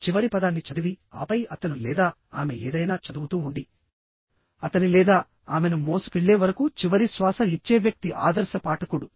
ఆ చివరి పదాన్ని చదివి ఆపై అతను లేదా ఆమె ఏదైనా చదువుతూ ఉండి అతని లేదా ఆమెను మోసుకెళ్లే వరకు చివరి శ్వాస ఇచ్చే వ్యక్తి ఆదర్శ పాఠకుడు